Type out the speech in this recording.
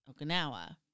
Okinawa